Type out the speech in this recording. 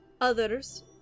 others